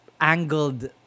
angled